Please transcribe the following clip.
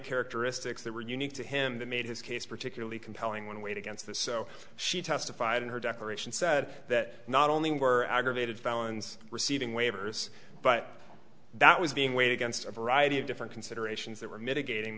characteristics that were unique to him that made his case particularly compelling when weighed against the so she testified in her declaration said that not only were aggravated felons receiving waivers but that was being weighed against a variety of different considerations that were mitigating